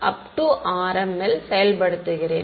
r m ல் செயல்படுத்துகிறேன்